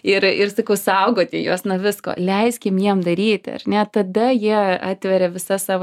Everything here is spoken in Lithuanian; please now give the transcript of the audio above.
ir ir sakau saugoti juos nuo visko leiskim jiem daryti ar ne tada jie atveria visas savo